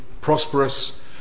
prosperous